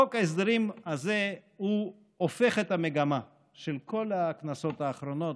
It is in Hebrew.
חוק ההסדרים הזה הופך את המגמה של כל הכנסות האחרונות,